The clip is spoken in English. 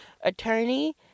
attorney